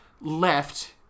left